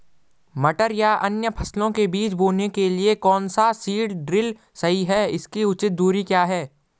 मटर या अन्य फसलों के बीज बोने के लिए कौन सा सीड ड्रील सही है इसकी उचित दूरी क्या है?